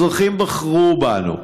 אזרחים בחרו בנו,